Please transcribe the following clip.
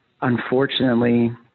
unfortunately